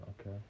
okay